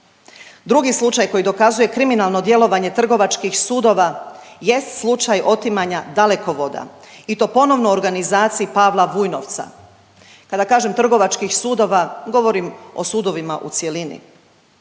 Drugi slučaj koji dokazuje kriminalno djelovanje trgovačkih sudova jest slučaj otimanja Dalekovoda i to ponovno organizaciji Pavla Vujnovca, kada kažem trgovačkih sudova govorim o sudovima u cjelini.